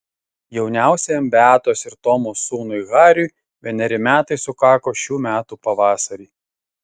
jauniausiajam beatos ir tomo sūnui hariui vieneri metai sukako šių metų pavasarį